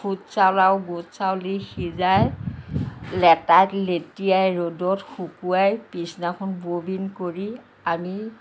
খুদ চাউল আৰু বুট চাউল দি সিজাই লেতাইত লেটিয়াই ৰ'দত শুকুৱাই পিছদিনাখন ব'বিন কৰি আনি